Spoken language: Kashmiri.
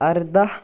اَردہ